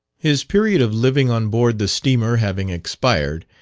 his period of living on board the steamer having expired,